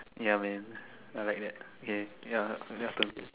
ya man I like that okay ya just a bit